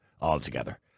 altogether